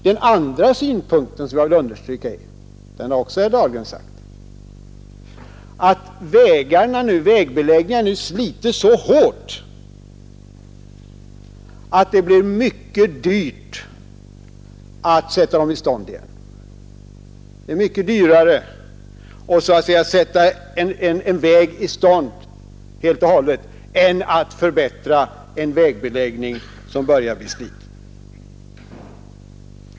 Den andra synpunkten som jag vill understryka — det har också herr Dahlgren gjort — är att vägbeläggningarna nu slits så hårt att det blir mycket dyrt att sätta dem i stånd igen. Det är mycket dyrare att sätta en helt och hållet nedsliten väg i stånd än att förbättra en vägbeläggning som börjar bli sliten.